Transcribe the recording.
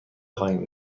خواهیم